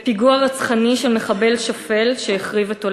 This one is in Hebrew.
בפיגוע רצחני של מחבל שפל שהחריב את עולמה,